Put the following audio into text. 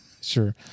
Sure